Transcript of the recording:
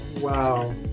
Wow